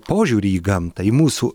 požiūrį į gamtą į mūsų